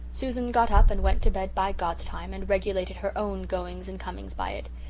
susan got up and went to bed by god's time, and regulated her own goings and comings by it.